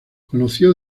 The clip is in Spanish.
conoció